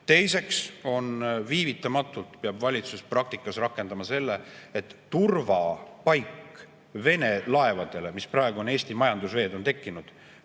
Teiseks, viivitamatult peab valitsus praktikas rakendama selle, et turvapaik Vene laevadele, mis praegu Eesti majandusvees on tekkinud,